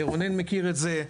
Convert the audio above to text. רונן מכיר את זה,